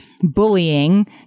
bullying